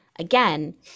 again